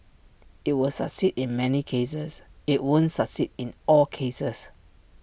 IT will succeed in many cases IT won't succeed in all cases